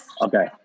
Okay